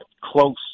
close